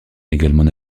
également